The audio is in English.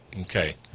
Okay